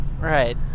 Right